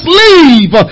leave